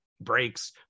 breaks